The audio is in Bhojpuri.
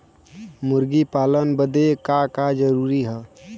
मुर्गी पालन बदे का का जरूरी ह?